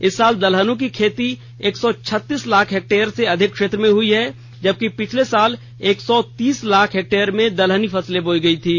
इस साल दलहनों की खेती एक सौ छत्तीस लाख हेक्टेयर से अधिक क्षेत्र में हुई है जबकि पिछले साल एक सौ तीस लाख हेक्टयर में दलहनी फसलें बोई गई थीं